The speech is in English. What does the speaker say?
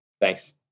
Thanks